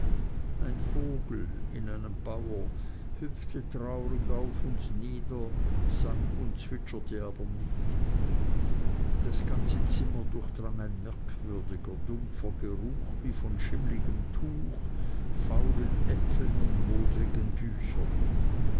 ein vogel in einem bauer hüpfte traurig auf und nieder sang und zwitscherte aber nicht das ganze zimmer durchdrang ein merkwürdiger dumpfer geruch wie von schimmligem tuch faulen äpfeln und modrigen büchern